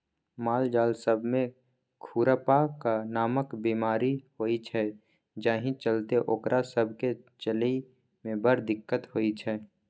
मालजाल सब मे खुरपका नामक बेमारी होइ छै जाहि चलते ओकरा सब केँ चलइ मे बड़ दिक्कत होइ छै